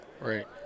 right